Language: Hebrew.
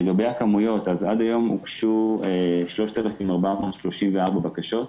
לגבי הכמויות עד היום הוגשו 3,434 בקשות.